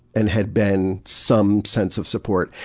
and had been some sense of support.